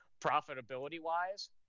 profitability-wise